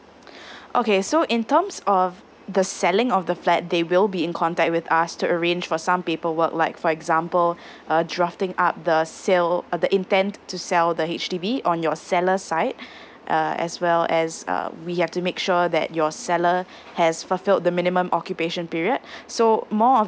okay so in terms of the selling of the flat they will be in contact with us to arrange for some paperwork like for example uh drafting up the sale uh the intent to sell the H_D_B on your seller side err as well as uh we have to make sure that your seller has fulfilled the minimum occupation period so more of